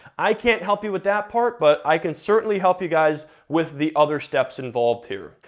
i can't help you with that part, but i can certainly help you guys with the other steps involved here.